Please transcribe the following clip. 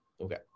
Okay